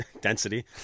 Density